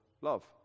love